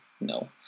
No